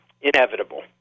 inevitable